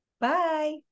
Bye